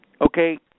Okay